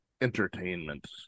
entertainment